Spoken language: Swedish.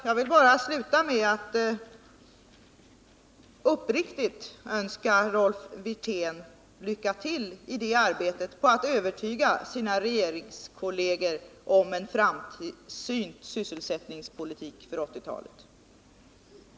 Jag vill avsluta med att uppriktigt önska Rolf Wirtén lycka till i arbetet på att övertyga sina regeringskolleger, så att vi kan få en framsynt sysselsättningspolitik för 1980-talet.